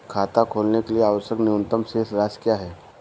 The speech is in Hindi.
खाता खोलने के लिए आवश्यक न्यूनतम शेष राशि क्या है?